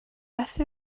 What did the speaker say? beth